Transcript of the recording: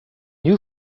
new